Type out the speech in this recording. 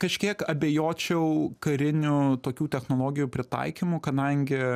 kažkiek abejočiau kariniu tokių technologijų pritaikymu kadangi